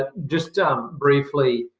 ah just ah briefly,